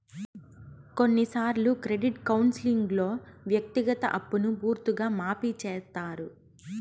కొన్నిసార్లు క్రెడిట్ కౌన్సిలింగ్లో వ్యక్తిగత అప్పును పూర్తిగా మాఫీ చేత్తారు